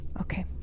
Okay